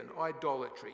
idolatry